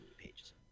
pages